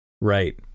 right